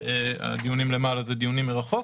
והדיונים למעלה אלה דיונים מרחוק.